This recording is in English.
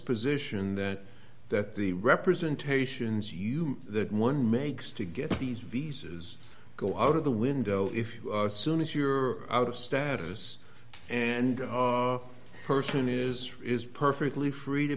position that that the representations you the one makes to get these visas go out of the window if you assume as you're out of status and person is is perfectly free to